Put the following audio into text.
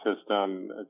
system